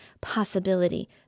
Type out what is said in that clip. possibility